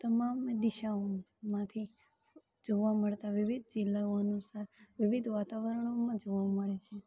તમામ દિશાઓમાંથી જોવા મળતા વિવિધ જિલ્લાઓ અનુસાર વિવિધ વાતાવરણોમાં જોવા મળે છે